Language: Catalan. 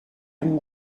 amb